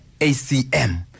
ACM